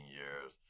years